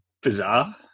bizarre